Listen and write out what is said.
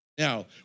Now